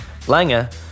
Langer